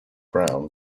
brown